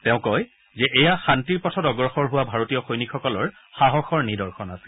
তেওঁ কয় যে এয়া শান্তিৰ পথত অগ্ৰসৰ হোৱা ভাৰতীয় সৈনিকসকলৰ সাহসৰ নিদৰ্শন আছিল